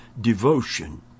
devotion